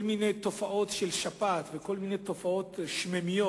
כל מיני תופעות של שפעת וכל מיני תופעות שמימיות